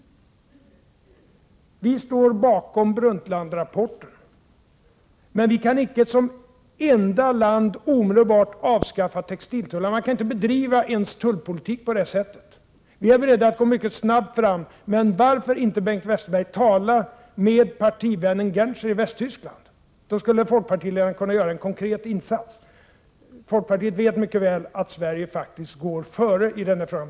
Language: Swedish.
Vi står bakom Brundtlandrapporten, men vi kan icke som enda land omedelbart avskaffa textiltullarna. Man kan inte bedriva tullpolitik på det sättet. Vi är beredda att gå mycket snabbt fram. Men varför inte, Bengt Westerberg, tala med partivännen Genscher i Västtyskland? Då skulle folkpartiledaren kunna göra en konkret insats. Folkpartiet vet mycket väl att Sverige faktiskt går före i den här frågan.